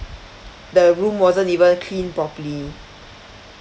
the room wasn't even cleaned properly